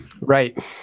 Right